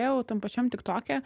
jau tam pačiam tiktoke